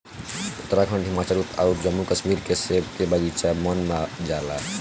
उत्तराखंड, हिमाचल अउर जम्मू कश्मीर के सेब के बगाइचा मन भा जाला